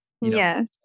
Yes